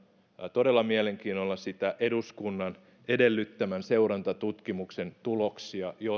todella mielenkiinnolla niitä eduskunnan edellyttämän seurantatutkimuksen tuloksia